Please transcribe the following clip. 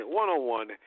one-on-one